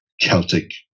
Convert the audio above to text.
Celtic